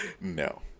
no